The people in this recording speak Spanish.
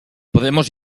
podemos